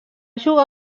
jugar